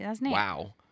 wow